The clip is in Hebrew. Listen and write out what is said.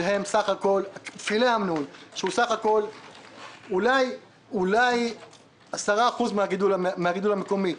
שהוא בסך הכול אולי 10% מן הגידול המקומי,